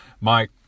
Mike